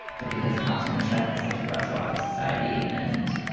but because cops intersect with such a broad swath of society. and